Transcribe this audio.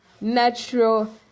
natural